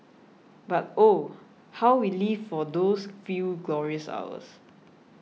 but oh how we lived for those few glorious hours